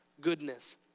goodness